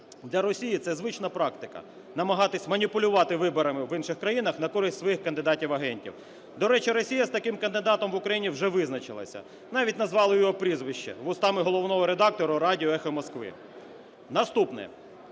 Для Росії це звична практика – намагатися маніпулювати виборами в інших країнах на користь своїх кандидатів-агентів. До речі, Росія з таким кандидатом в Україні вже визначилася, навіть назвали його прізвище вустами головного редактора радіо "Эхо Москвы". Наступне.